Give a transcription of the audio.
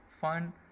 fun